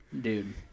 dude